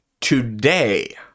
today